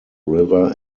river